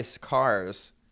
cars